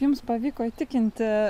jums pavyko įtikinti